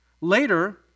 Later